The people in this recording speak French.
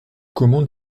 comment